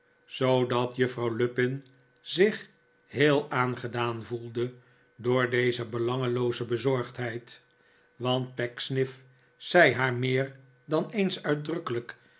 zoodat juffrouw lupin zich heel aangedaan voelde door deze belangelooze bezorgdheid want pecksniff zei haar meer dan eens uitdrukkelijk